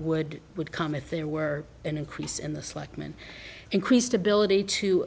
would would come if there were an increase in the slackman increased ability to